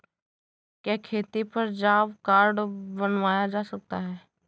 क्या खेती पर जॉब कार्ड बनवाया जा सकता है?